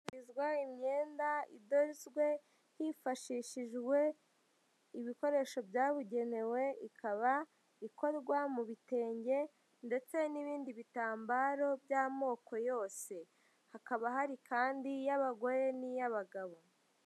Hacururizwa imyenda idozwe, hifashishijwe ibikoresho byabugenewe, ikaba ikorwa mu bitenge ndetse n'ibindi bitambaro by'amoko yose, hakaba hari kandi iy'abagore n'iy'abagabo.